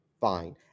fine